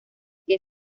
que